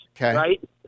right